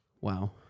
Wow